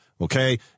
okay